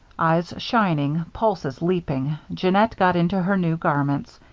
eyes shining, pulses leaping, jeannette got into her new garments.